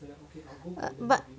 but